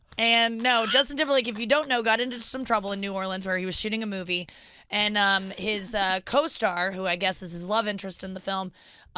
and justin timberlake, if you don't know, got into some trouble in new orleans where he was shooting a movie and um his co-star, who i guess is his love interest in the film,